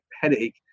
headache